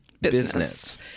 business